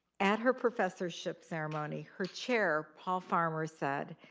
at her professorship ceremony, her chair, paul farmer, said,